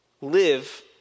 live